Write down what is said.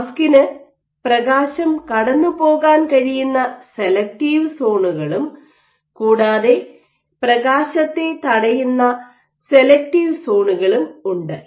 മാസ്കിന് പ്രകാശം കടന്നുപോകാൻ കഴിയുന്ന സെലക്ടീവ് സോണുകളും കൂടാതെ പ്രകാശത്തെ തടയുന്ന സെലക്ടീവ് സോണുകളും ഉണ്ട്